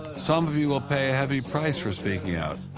some of you will pay a heavy price for speaking out.